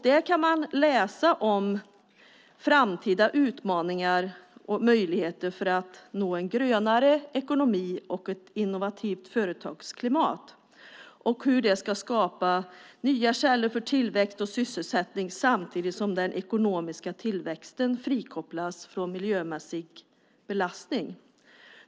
Där kan man läsa om framtida utmaningar och möjligheter att nå en grönare ekonomi och ett innovativt företagsklimat och hur det ska skapa nya källor till tillväxt och sysselsättning samtidigt som den ekonomiska tillväxten frikopplas från miljömässig belastning.